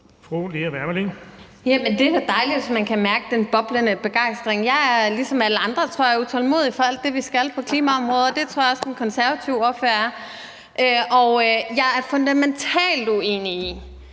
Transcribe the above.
Det er da dejligt, hvis man kan mærke den boblende begejstring. Jeg er ligesom alle andre, tror jeg, utålmodig i forhold til alt det, vi skal på klimaområdet, og det tror jeg også den konservative ordfører er. Jeg er fundamentalt uenig i,